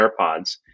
AirPods